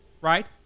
right